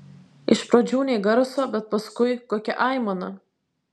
iš pradžių nė garso bet paskui kokia aimana